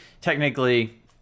technically